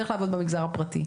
שתלך לעבוד במגזר הפרטי.